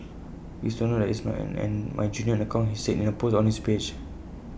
please take note that IT is not an my genuine account he said in A post on his page